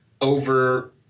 over